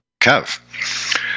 Kev